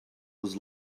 was